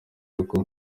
y’uko